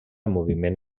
moviment